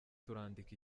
turandika